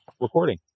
Recording